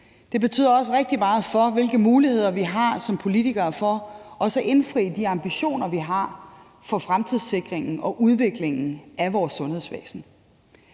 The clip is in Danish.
det betyder også rigtig meget for, hvilke muligheder vi har som politikere for at indfri de ambitioner, vi har i forhold til fremtidssikringen og udviklingen af vores sundhedsvæsen.